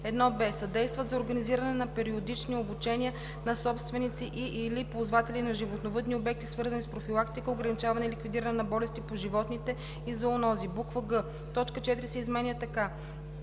1б. съдействат за организиране на периодични обучения на собственици и/или ползватели на животновъдни обекти, свързани с профилактика, ограничаване и ликвидиране на болести по животните и зоонози;“ г) точка 4 се изменя така: